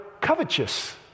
covetous